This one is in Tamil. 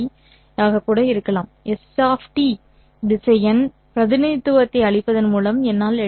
S திசையன் திசையன் பிரதிநிதித்துவத்தை அளிப்பதன் மூலம் என்னால் எழுத முடியும்